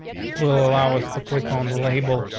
it will allow us to click on the label.